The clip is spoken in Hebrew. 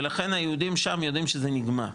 ולכן היהודים שם יודעים שזה נגמר,